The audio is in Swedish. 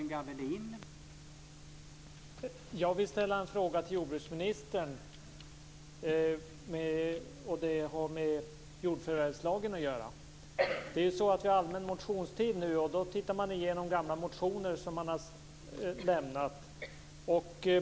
Herr talman! Jag skall ställa en fråga till jordbruksministern som har att göra med jordförvärvslagen. Vi har ju allmän motionstid i riksdagen nu, och då tittar man igenom gamla motioner som man lämnat.